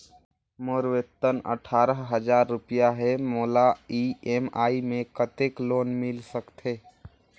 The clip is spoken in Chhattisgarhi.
मोर वेतन अट्ठारह हजार रुपिया हे मोला ई.एम.आई मे कतेक लोन मिल सकथे?